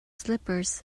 slippers